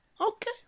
Okay